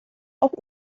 auch